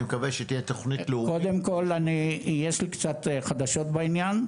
יש לי קצת חדשות בעניין.